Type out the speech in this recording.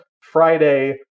Friday